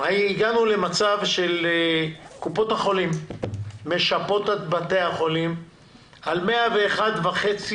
אנחנו הגענו למצב שקופות החולים משפות את בתי החולים על 101.5%